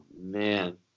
man